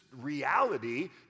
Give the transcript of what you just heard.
reality